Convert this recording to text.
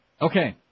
Okay